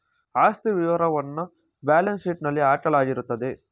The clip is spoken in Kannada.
ಆಸ್ತಿ ವಿವರವನ್ನ ಬ್ಯಾಲೆನ್ಸ್ ಶೀಟ್ನಲ್ಲಿ ಹಾಕಲಾಗಿರುತ್ತದೆ